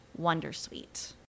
wondersuite